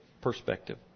perspective